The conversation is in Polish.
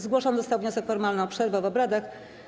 Zgłoszony został wniosek formalny o przerwę w obradach.